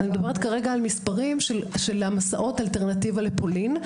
אני מדברת כרגע על מספרים של מסעות אלטרנטיבה לפולין.